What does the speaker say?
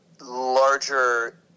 larger